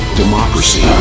democracy